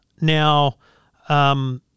Now